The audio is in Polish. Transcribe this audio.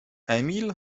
emil